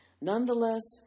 Nonetheless